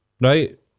right